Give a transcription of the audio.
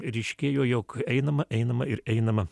ryškėjo jog einama einama ir einama